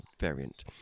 variant